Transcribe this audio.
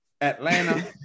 Atlanta